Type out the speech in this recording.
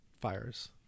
fires